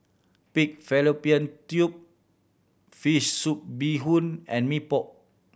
pig fallopian tube fish soup bee hoon and Mee Pok